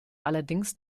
allerdings